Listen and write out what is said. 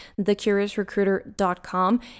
thecuriousrecruiter.com